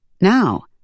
Now